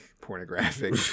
pornographic